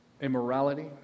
immorality